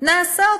נעשות